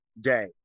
day